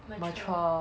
mature